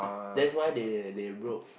that's why they they broke